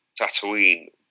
Tatooine